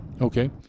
Okay